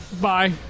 Bye